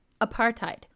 Apartheid